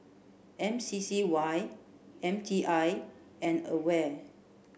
M C C Y M T I and AWARE